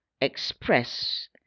express